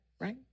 right